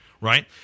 right